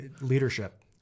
leadership